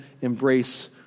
embrace